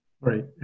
Right